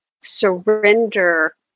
surrender